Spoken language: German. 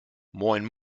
moin